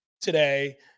today